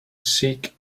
sick